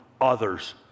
others